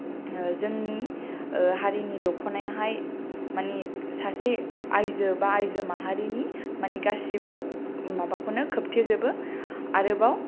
जोंनि हारिनि दख'नायाहाय माने सासे आइजो बा आइजो माहारिनि मानि गासिबो माबाखौनो खोबथेजोबो आरोबाव